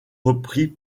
repris